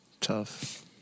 Tough